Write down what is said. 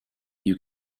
you